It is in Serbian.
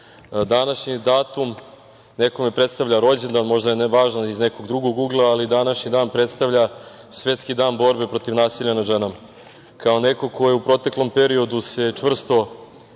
datum nekom predstavlja rođendan, možda je važan iz nekog drugog ugla, ali današnji dan predstavlja Svetski dan borbe protiv nasilja nad ženama. Kao neko ko se u proteklom periodu čvrsto